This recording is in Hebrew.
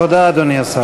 תודה, אדוני השר.